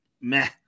Meh